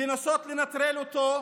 לנסות לנטרל אותו,